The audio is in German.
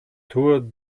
tour